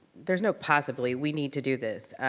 there's no possibly, we need to do this.